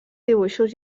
dibuixos